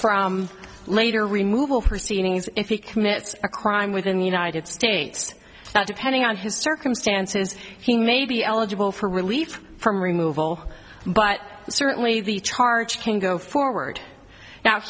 from later remove all proceedings if he commits a crime within the united states depending on his circumstances he may be eligible for relief from removal but certainly the charge can go forward